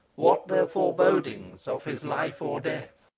what their forebodings, of his life or death?